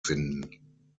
finden